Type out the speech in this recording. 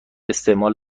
استعمال